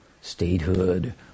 statehood